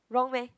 wrong meh